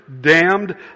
damned